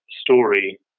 story